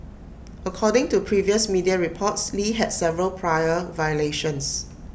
according to previous media reports lee had several prior violations